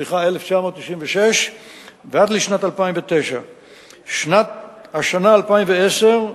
ועד לשנת 2009. השנה, 2010,